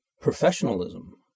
Professionalism